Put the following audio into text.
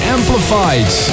Amplified